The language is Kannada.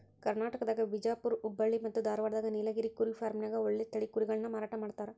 ಕರ್ನಾಟಕದಾಗ ಬಿಜಾಪುರ್ ಹುಬ್ಬಳ್ಳಿ ಮತ್ತ್ ಧಾರಾವಾಡದಾಗ ನೇಲಗಿರಿ ಕುರಿ ಫಾರ್ಮ್ನ್ಯಾಗ ಒಳ್ಳೆ ತಳಿ ಕುರಿಗಳನ್ನ ಮಾರಾಟ ಮಾಡ್ತಾರ